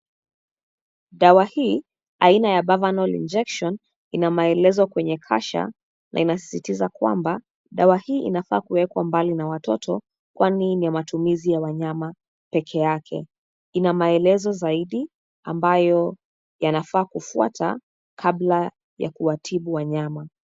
Dawa hii, aina ya Buvonal Injection , ina maelezo kwenye kasha, na inasisitiza kwamba dawa hii inafaa kuwekwa mbali na watoto, kwani ni ya matumizi ya wanyama peke yake. Ina maelezo zaidi ambayo yanafaa kufuata, kabla ya kuwatibu wanyama.